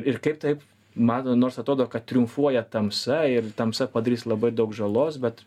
ir kaip taip mato nors atrodo kad triumfuoja tamsa ir tamsa padarys labai daug žalos bet